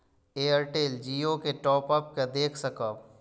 Airtel Jio के top up के देख सकब?